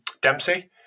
Dempsey